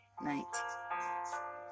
night